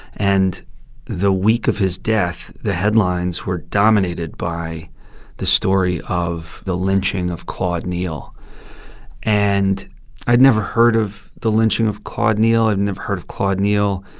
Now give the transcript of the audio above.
and the week of his death, the headlines were dominated by the story of the lynching of claude neal and i'd never heard of the lynching of claude neal. i'd and never heard of claude neal.